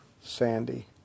Sandy